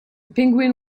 penguin